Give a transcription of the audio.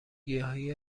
گیاهی